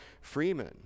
freeman